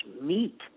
meat